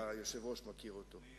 אני